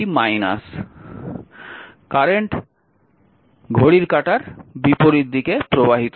মানে কারেন্ট ঘড়ির কাঁটার বিপরীত দিকে প্রবাহিত হচ্ছে